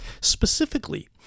Specifically